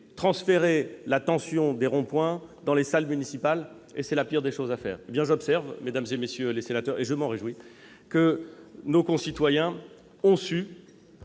transférer la tension des ronds-points dans les salles municipales, ce qui aurait été la pire des choses à faire. J'observe, mesdames, messieurs les sénateurs, en m'en réjouissant, que nos concitoyens ont su,